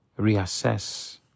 reassess